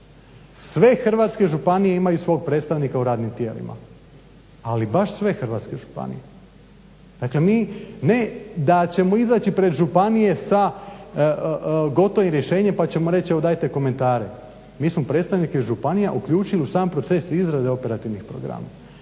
Sve hrvatske županije imaju svog predstavnika u radnim tijelima, ali baš sve hrvatske županije. Dakle, mi ne da ćemo izaći pred županije sa gotovim rješenjem pa ćemo reć evo dajte komentare. Mi smo predstavnike županija uključili u sam proces izrade operativnih programa,